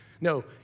No